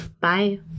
Bye